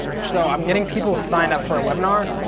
so i'm getting people signed up for a webinar